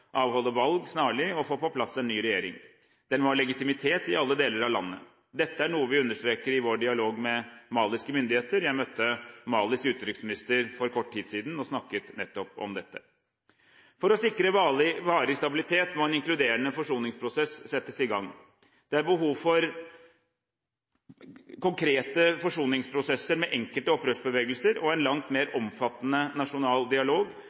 avholde valg snarlig og få på plass en ny regjering. Den må ha legitimitet i alle deler av landet. Dette er noe vi understreker i vår dialog med maliske myndigheter. Jeg møtte Malis utenriksminister for kort tid siden og snakket om nettopp dette. For å sikre varig stabilitet må en inkluderende forsoningsprosess settes i gang. Det er behov for konkrete forsoningsprosesser med enkelte opprørsbevegelser og en langt mer omfattende nasjonal dialog,